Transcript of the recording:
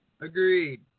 Agreed